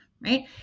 right